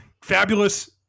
fabulous